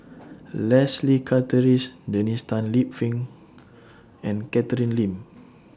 Leslie Charteris Dennis Tan Lip Fong and Catherine Lim